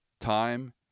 Time